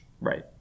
Right